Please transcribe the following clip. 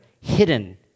hidden